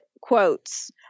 quotes